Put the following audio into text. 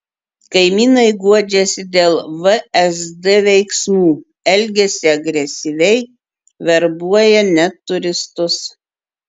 kaimynai guodžiasi dėl vsd veiksmų elgiasi agresyviai verbuoja net turistus